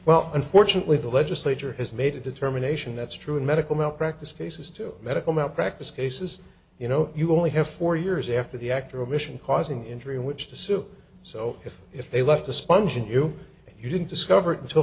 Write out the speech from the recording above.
well unfortunately the legislature has made a determination that's true in medical malpractise cases to medical malpractise cases you know you only have four years after the act or omission causing injury in which to sue so if if they left a sponge in you and you didn't discover it until